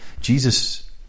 Jesus